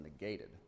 negated